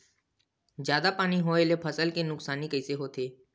जादा पानी होए ले फसल के नुकसानी कइसे होथे?